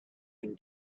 him